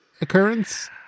occurrence